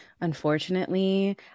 Unfortunately